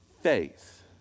Faith